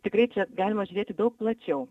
tikrai galima žiūrėti daug plačiau